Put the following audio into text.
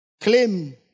claim